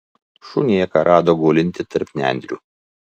šunėką rado gulintį tarp nendrių